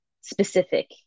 specific